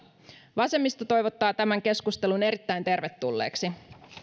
vasemmisto toivottaa tämän keskustelun erittäin tervetulleeksi